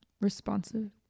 responsive